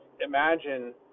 imagine